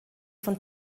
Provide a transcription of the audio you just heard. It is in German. von